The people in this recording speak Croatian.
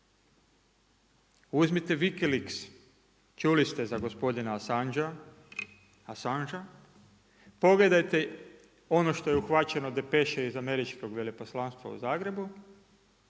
Uzmite Wikileaks, čuli ste za gospodina Assanga, pogledajte ono što je uhvaćeno …/Govornik se ne razumije./… iz američkog veleposlanstva u Zagrebu